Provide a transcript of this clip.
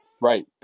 Right